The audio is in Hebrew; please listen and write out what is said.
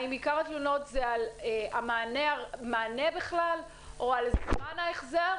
האם עיקר התלונות זה על המענה בכלל או על כלל ההחזר